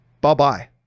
bye-bye